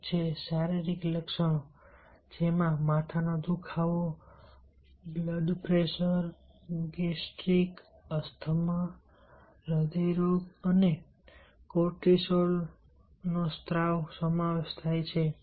એક છે શારીરિક લક્ષણો જેમાં માથાનો દુખાવો બ્લડ પ્રેશર ગેસ્ટ્રિક અસ્થમા હૃદય રોગ અને કોર્ટિસોલ સ્ત્રાવનો સમાવેશ થાય છે